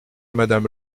madame